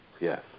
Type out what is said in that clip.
yes